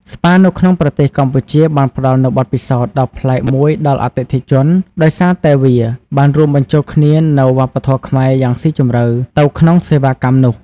ស្ប៉ានៅក្នុងប្រទេសកម្ពុជាបានផ្តល់នូវបទពិសោធន៍ដ៏ប្លែកមួយដល់អតិថិជន ដោយសារតែវាបានរួមបញ្ចូលគ្នានូវវប្បធម៌ខ្មែរយ៉ាងស៊ីជម្រៅ ទៅក្នុងសេវាកម្មនោះ។